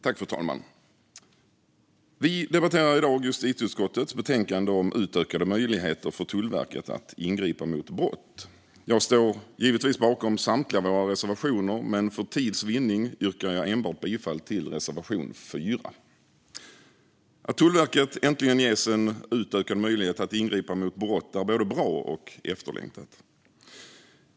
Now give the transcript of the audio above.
Fru talman! Vi debatterar i dag justitieutskottets betänkande om utökade möjligheter för Tullverket att ingripa mot brott. Jag står givetvis bakom samtliga våra reservationer, men för tids vinnande yrkar jag enbart bifall till reservation 3. Att Tullverket äntligen ges en utökad möjlighet att ingripa mot brott är både bra och efterlängtat.